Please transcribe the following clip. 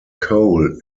coal